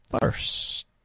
first